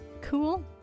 Cool